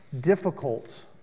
difficult